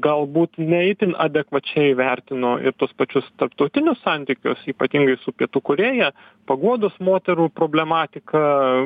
galbūt ne itin adekvačiai vertino ir tuos pačius tarptautinius santykius ypatingai su pietų korėja paguodos moterų problematika